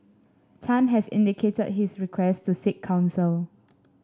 Tan has indicated his request to seek counsel